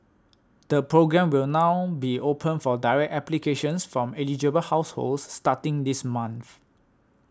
the programme will now be open for direct applications from eligible households starting this month